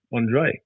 Andre